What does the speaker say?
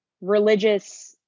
religious